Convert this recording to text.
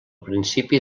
principi